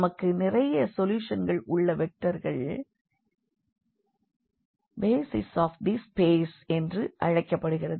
நமக்கு நிறைய சொல்யூஷன்கள் உள்ள வெக்டர்கள் பேசிஸ் ஆப் தி ஸ்பேஸ் என்று அழைக்கப்படுகிறது